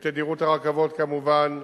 בתדירות הרכבות, כמובן,